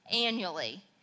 annually